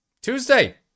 Tuesday